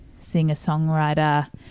singer-songwriter